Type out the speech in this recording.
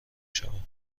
شوم